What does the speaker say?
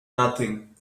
nothing